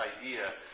idea